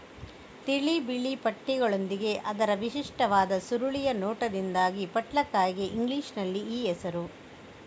ತಿಳಿ ಬಿಳಿ ಪಟ್ಟೆಗಳೊಂದಿಗೆ ಅದರ ವಿಶಿಷ್ಟವಾದ ಸುರುಳಿಯ ನೋಟದಿಂದಾಗಿ ಪಟ್ಲಕಾಯಿಗೆ ಇಂಗ್ಲಿಷಿನಲ್ಲಿ ಈ ಹೆಸರು